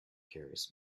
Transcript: carries